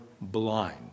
blind